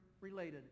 related